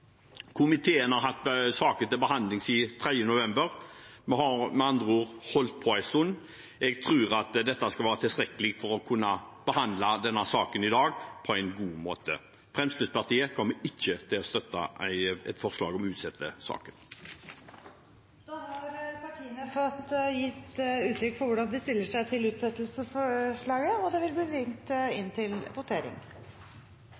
Komiteen har hatt saken til behandling siden 3. november. Vi har med andre ord holdt på en stund. Jeg tror det er tilstrekkelig til å kunne behandle denne saken i dag på en god måte. Fremskrittspartiet kommer ikke til å støtte forslaget om å utsette saken. Da har partiene fått gitt uttrykk for hvordan de stiller seg til utsettelsesforslaget, og det vil bli ringt